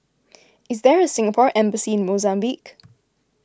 is there a Singapore Embassy in Mozambique